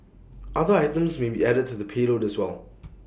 other items may be added to the payload as well